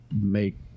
make